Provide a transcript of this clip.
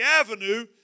avenue